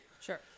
Sure